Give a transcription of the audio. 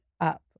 up